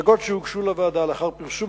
השגות שהוגשו לוועדה לאחר פרסום